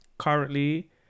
Currently